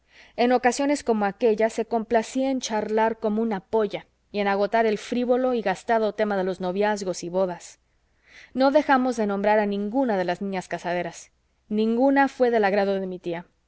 en ocasiones como aquella se complacía en charlar como una polla y en agotar el frívolo y gastado tema de noviazgos y bodas no dejamos de nombrar a ninguna de las niñas casaderas ninguna fué del agrado de mi tía